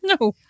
No